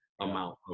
amount